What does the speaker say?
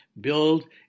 build